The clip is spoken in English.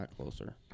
closer